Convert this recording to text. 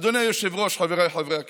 אדוני היושב-ראש, חבריי חברי הכנסת,